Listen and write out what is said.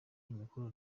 amikoro